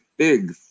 big